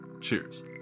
Cheers